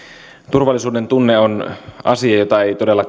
turvallisuudentunne on asia jota ei todellakaan tule vähätellä